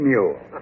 Mule